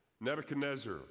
Nebuchadnezzar